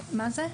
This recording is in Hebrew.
פרופ'